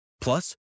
Plus